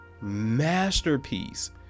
masterpiece